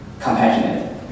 compassionate